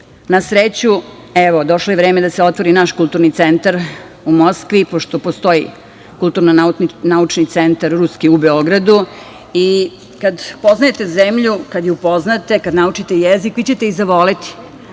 na sreću došlo je vreme da se otvori naš kulturni centar u Moskvi, pošto postoji kulturno-naučni centar ruski u Beogradu. Kad poznajete zemlju, kada je upoznate, kada naučite jezik vi ćete je i zavoleti.